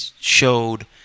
showed